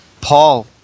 Paul